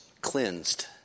cleansed